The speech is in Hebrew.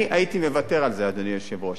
אני הייתי מוותר על זה, אדוני היושב-ראש.